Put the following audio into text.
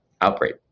Outbreak